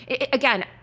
again